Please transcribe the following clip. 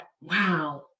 wow